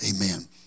Amen